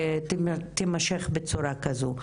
תימשך בצורה כזו.